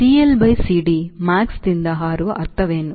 CLCD ಗರಿಷ್ಠದಿಂದ ಹಾರುವ ಅರ್ಥವೇನು